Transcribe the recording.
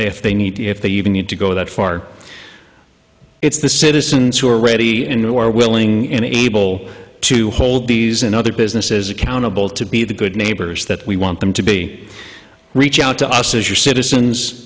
if they need to if they even need to go that far it's the citizens who are ready and or willing and able to hold these and other businesses accountable to be the good neighbors that we want them to be reach out to us as your citizens